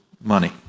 money